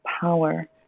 power